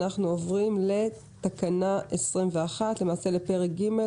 אנחנו עוברים לתקנה 21, לפרק ג'.